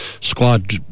squad